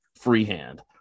freehand